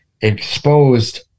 exposed